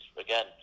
again